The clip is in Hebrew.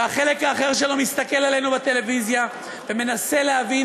והחלק האחר שלו מסתכל עלינו בטלוויזיה ומנסה להבין